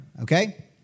okay